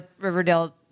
Riverdale